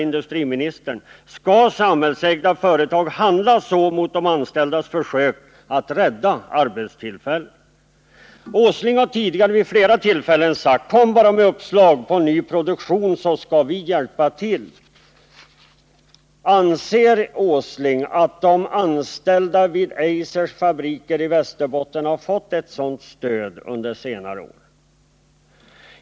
Nils Åsling har tidigare vid flera tillfällen sagt: Kom bara med uppslag på ny produktion så skall vi hjälpa till. Anser Nils Åsling att de anställda vid Eisers fabriker i Västerbotten har fått ett sådant stöd under senare år?